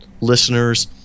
listeners